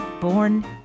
born